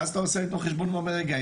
ואז אתה עושה איתו חשבון ואומר 'רגע,